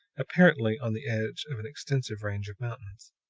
apparently on the edge of an extensive range of mountains.